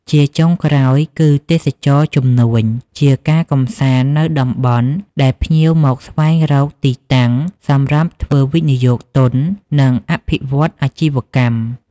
ជាចុងក្រោយ គឺទេសចរណ៍ជំនួញ ជាការកំសាន្តនៅតំបន់ដែលភ្ញៀវមកស្វែងរកទីតាំងសម្រាប់ធ្វើវិយោគទុន និងអភិវឌ្ឍអាជីវកម្ម។